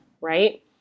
right